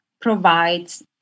provides